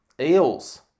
eels